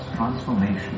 transformation